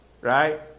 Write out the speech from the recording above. right